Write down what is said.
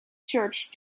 church